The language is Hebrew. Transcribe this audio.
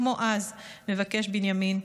כמו אז מבקש בנימין: